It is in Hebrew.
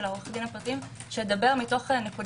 של עורכי הדין הפרטיים שמדבר מנקודת